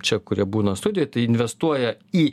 čia kurie būna studijoj investuoja į